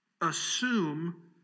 assume